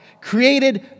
Created